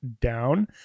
down